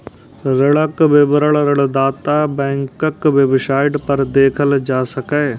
ऋणक विवरण ऋणदाता बैंकक वेबसाइट पर देखल जा सकैए